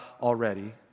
already